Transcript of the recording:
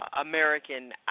American